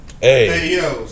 Hey